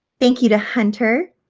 thank you to hunter.